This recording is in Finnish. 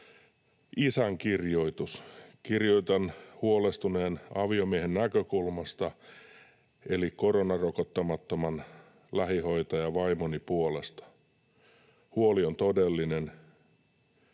isän kirjoitus: ”Kirjoitan huolestuneen aviomiehen näkökulmasta eli koronarokottamattoman lähihoitajavaimoni puolesta. Huoli on todellinen,